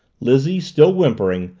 lizzie, still whimpering,